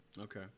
Okay